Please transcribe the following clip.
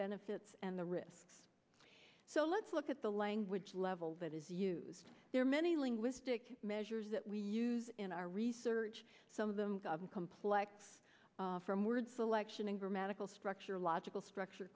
benefits and the risks so let's look at the language level that is you there are many linguistic measures that we use in our research some of them govern complex from word selection and grammatical structure logical structure